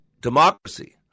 democracy